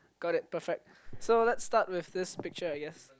got it perfect so let's start with this picture I guess